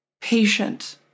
patient